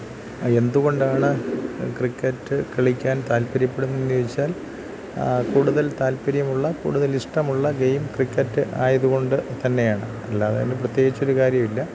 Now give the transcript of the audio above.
എന്തുകൊണ്ടാണ് ക്രിക്കറ്റ് കളിക്കാൻ താല്പര്യപ്പെടുന്നത് എന്ന് ചോദിച്ചാൽ കൂടുതൽ താല്പര്യമുള്ള കൂടുതൽ ഇഷ്ടമുള്ള ഗെയിം ക്രിക്കറ്റ് ആയതുകൊണ്ട് തന്നെയാണ് അല്ലാതെ അതിന് പ്രത്യേകിച്ച് ഒരു കാര്യവും ഇല്ല